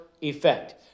effect